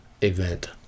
event